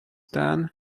then